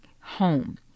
home